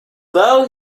though